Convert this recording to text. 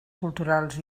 culturals